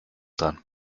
dran